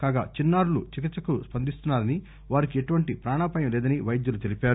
కాగా చిన్నారులు చికిత్పకు స్పందిస్తున్నారని వారికి ఎటువంటి ప్రాణాపాయం లేదని వైద్యలు తెలిపారు